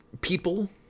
people